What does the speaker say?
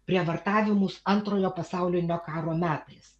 prievartavimus antrojo pasaulinio karo metais